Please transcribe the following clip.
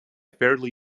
fairly